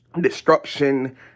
destruction